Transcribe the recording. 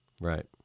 Right